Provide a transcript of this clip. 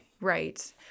Right